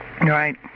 Right